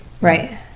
Right